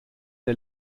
der